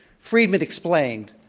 friedman explained,